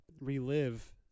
relive